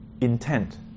intent